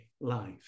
life